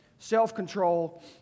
self-control